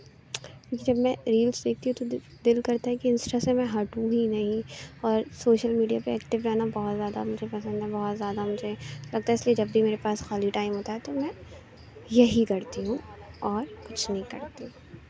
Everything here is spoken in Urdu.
جب میں ریلس دیکھتی ہوں تو دل دل کرتا ہے کہ انسٹا سے میں ہٹوں ہی نہیں اور سوشل میڈیا پہ ایکٹیو رہنا بہت زیادہ مجھے پسند ہے بہت زیادہ مجھے لگتا ہے اس لئے جب بھی میرے پاس خالی ٹائم ہوتا ہے تو میں یہی کرتی ہوں اور کچھ نہیں کرتی